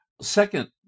Second